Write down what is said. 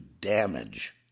damage